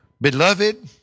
Beloved